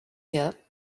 here